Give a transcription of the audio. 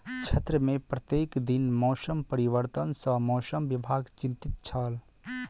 क्षेत्र में प्रत्येक दिन मौसम परिवर्तन सॅ मौसम विभाग चिंतित छल